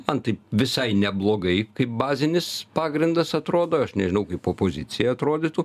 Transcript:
man tai visai neblogai kaip bazinis pagrindas atrodo aš nežinau kaip opozicijai atrodytų